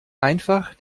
einfach